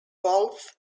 wolf